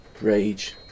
rage